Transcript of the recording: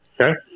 Okay